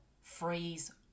freeze